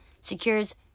secures